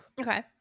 Okay